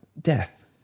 death